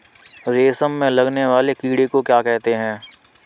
रेशम में लगने वाले कीड़े को क्या कहते हैं?